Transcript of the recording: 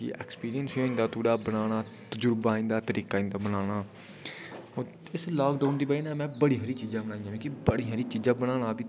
कि एक्सपीरियंस बी होई जंदा थोह्ड़ा बनाना तजुरबा आई जंदा तरीका आई जंदा बनाने दा इस लॉकडाउन दी बजह कन्नै में बड़ी हारियां चीज़ां बनाइयां मिगी बड़ी हारी चीज़ां बनाना बी